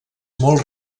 molt